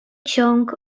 ciąg